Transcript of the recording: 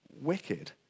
wicked